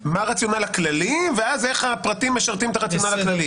מה הרציונל הכללי ואז איך הפרטים משרתים את הרציונל הכללי.